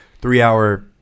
three-hour